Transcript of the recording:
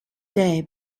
day